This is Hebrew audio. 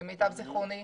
למיטב זכרוני,